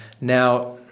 now